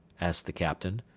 asked the captain.